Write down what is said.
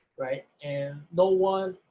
right. and no one